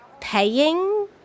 Paying